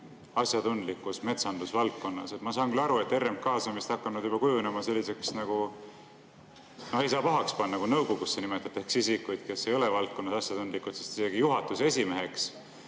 asjatundlikkus metsandusvaldkonnas. Ma saan küll aru, et RMK on vist hakanud kujunema selliseks nagu … No ei saa pahaks panna, kui nõukogusse nimetatakse isikuid, kes ei ole valdkonnas asjatundlikud, sest isegi juhatuse esimeheks